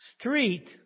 Street